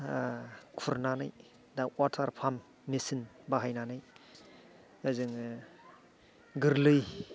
खुरनानै दा water pump machine बाहायनानै जोङो गोरलै